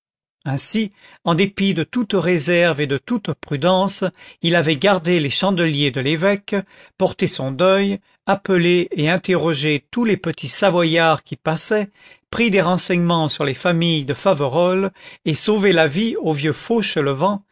ainsi en dépit de toute réserve et de toute prudence il avait gardé les chandeliers de l'évêque porté son deuil appelé et interrogé tous les petits savoyards qui passaient pris des renseignements sur les familles de faverolles et sauvé la vie au vieux